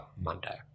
Monday